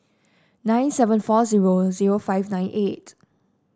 nine seven four zero zero five nine eight